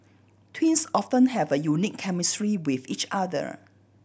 twins often have a unique chemistry with each other